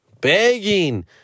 begging